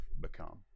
become